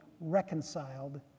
reconciled